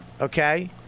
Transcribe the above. Okay